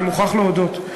אני מוכרח להודות,